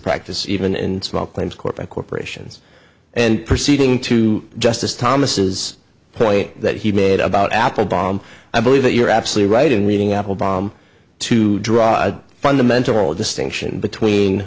practice even in small claims court by corporations and proceeding to justice thomas point that he made about apple bomb i believe that you're absolutely right in reading apple bomb to draw a fundamental distinction between